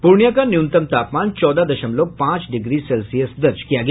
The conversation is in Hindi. प्रर्णिया का न्यूनतम तापमान चौदह दशमलव पांच डिग्री सेल्सियस दर्ज किया गया